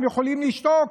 הם יכולים לשתוק.